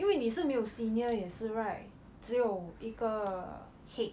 因为你是没有 senior 也是 right 只有一个 head